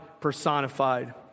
personified